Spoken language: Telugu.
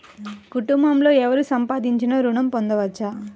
కుటుంబంలో ఎవరు సంపాదించినా ఋణం పొందవచ్చా?